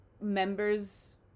members